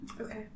okay